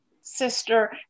sister